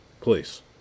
Please